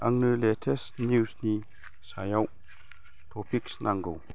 आंनो लेटेस्ट निउजनि सायाव टपिक्स नांगौ